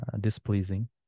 displeasing